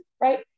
right